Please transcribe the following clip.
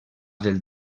del